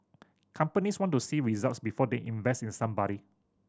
companies want to see results before they invest in somebody